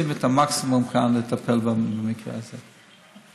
עושים את המקסימום כאן לטפל במקרה הזה,